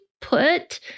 put